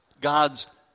God's